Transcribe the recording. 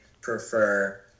prefer